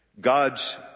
God's